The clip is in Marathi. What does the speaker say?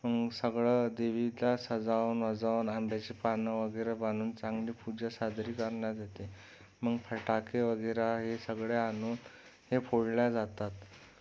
मग सगळं देवीला सजाऊन बुजाऊन आंब्याची पानं वगैरे बांधून चांगली पूजा सादरी करण्यात येते मग फटाके वगैरे हे सगळे आणून हे फोडल्या जातात